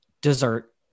dessert